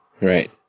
Right